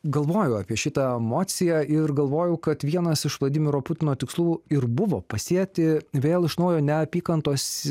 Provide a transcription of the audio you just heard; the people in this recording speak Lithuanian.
galvoju apie šitą emociją ir galvoju kad vienas iš vladimiro putino tikslų ir buvo pasėti vėl iš naujo neapykantos